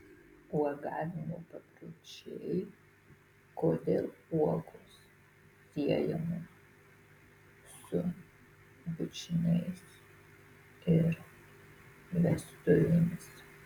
uogavimo papročiai kodėl uogos siejamos su bučiniais ir vestuvėmis